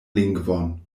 lingvon